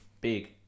big